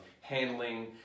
handling